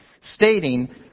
stating